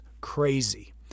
crazy